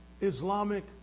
Islamic